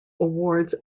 awards